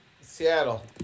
Seattle